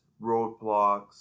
roadblocks